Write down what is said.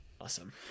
Awesome